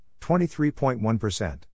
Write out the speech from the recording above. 23.1%